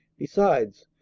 besides,